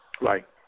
Right